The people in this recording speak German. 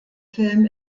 film